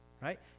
right